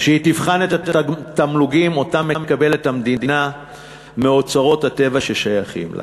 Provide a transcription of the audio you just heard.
שתבחן את התמלוגים שהמדינה מקבלת מאוצרות הטבע ששייכים לה.